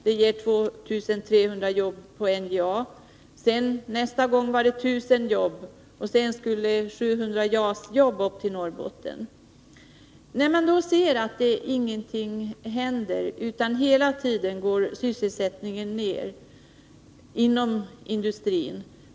Det ger 2 300 jobb till NJA. Nästa gång var det 1000 jobb. Sedan skulle 700 JAS-jobb upp till Norrbotten. Men människorna har kunnat se att ingenting har hänt, utan hela tiden har sysselsättningen inom industrin gått ner.